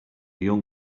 young